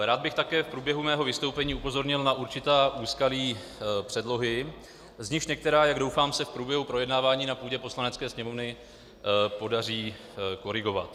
Rád bych také v průběhu svého vystoupení upozornil na určitá úskalí předlohy, z nichž některá, jak doufám, se v průběhu projednávání na půdě Poslanecké sněmovny podaří korigovat.